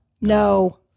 No